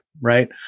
right